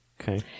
okay